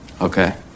Okay